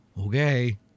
okay